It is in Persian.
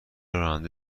راننده